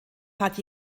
hat